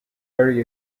very